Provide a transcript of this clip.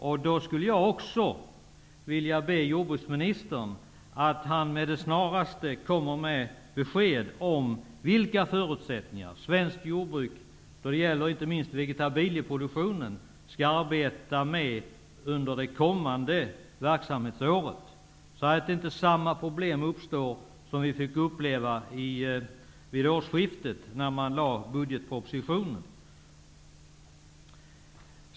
Jag skulle vilja be jordbruksministern att han med det snaraste kommer med besked om vilka förutsättningar svenskt jordbruk -- det gäller inte minst vegetabilieproduktionen -- skall arbeta med under det kommande verksamhetsåret, så att inte samma problem uppstår som vi fick uppleva vid årsskiftet när budgetpropositionen lades fram.